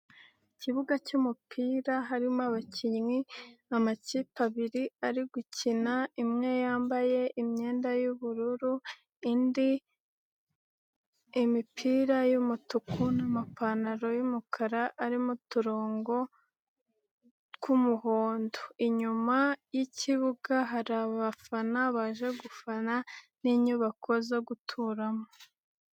Ikibuga cy'umupira harimo abakinnyi amakipe abiri ari gukina, imwe yambaye imyenda y'ubururu, indi imipira y'umutuku n'amapantaro y'umukara arimo uturongo tw'umuhondo. Inyuma yi'kibuga hari abafana baje gufana, n'inyubako zo guturamo.